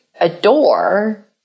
Adore